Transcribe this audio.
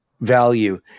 value